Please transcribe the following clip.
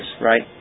right